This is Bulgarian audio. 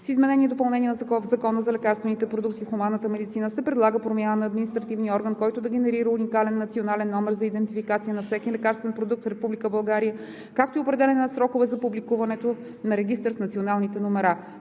С измененията и допълненията в Закона за лекарствените продукти в хуманната медицина се предлага промяна на административния орган, който да генерира уникален национален номер за идентификация на всеки лекарствен продукт в Република България, както и определяне на срокове за публикуването на регистър с националните номера.